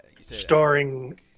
starring